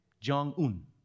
Jong-un